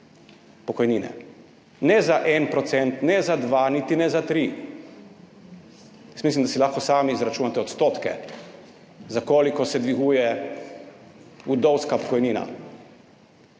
pokojnine, ne za 1 %, ne za 2, niti ne za 3. Jaz mislim, da si lahko sami izračunate odstotke, za koliko se dviguje vdovska pokojnina.